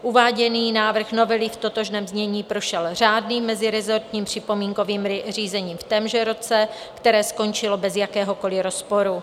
Uváděný návrh novely v totožném znění prošel řádným mezirezortním připomínkovým řízením v témže roce, které skončilo bez jakéhokoli rozporu.